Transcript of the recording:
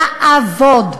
לעבוד,